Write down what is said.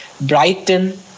Brighton